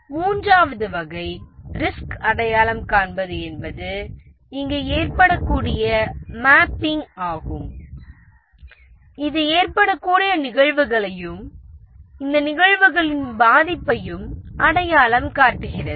மூன்றாவது வகை ரிஸ்க் அடையாளம் என்பது இங்கு ஏற்படக்கூடிய மேப்பிங் ஆகும் இது ஏற்படக்கூடிய நிகழ்வுகளையும் இந்த நிகழ்வுகளின் பாதிப்பையும் அடையாளம் காட்டுகிறது